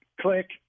click